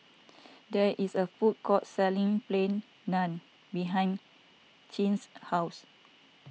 there is a food court selling Plain Naan behind Clint's house